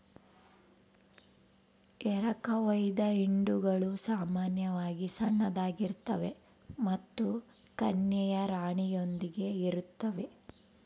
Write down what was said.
ಎರಕಹೊಯ್ದ ಹಿಂಡುಗಳು ಸಾಮಾನ್ಯವಾಗಿ ಸಣ್ಣದಾಗಿರ್ತವೆ ಮತ್ತು ಕನ್ಯೆಯ ರಾಣಿಯೊಂದಿಗೆ ಇರುತ್ತವೆ